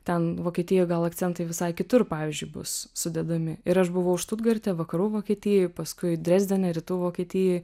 ten vokietijoj gal akcentai visai kitur pavyzdžiui bus sudedami ir aš buvau štutgarte vakarų vokietijoj paskui drezdene rytų vokietijoj